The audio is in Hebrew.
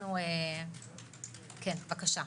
בבקשה.